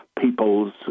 people's